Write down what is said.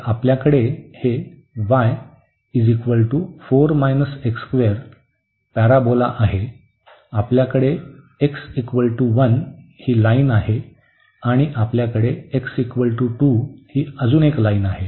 तर आपल्याकडे हे y हा पॅरोबोला आहे आपल्याकडे x 1 आहे ही लाईन x 1 बरोबर आहे आणि आपल्याकडे x 2 तर ही लाईन आहे